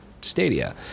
Stadia